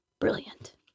Brilliant